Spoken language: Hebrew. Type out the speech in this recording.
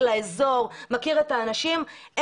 האזור ואת האנשים יותר מיחידת הפיצו"ח והמשטרה.